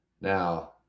Now